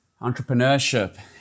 entrepreneurship